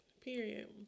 Period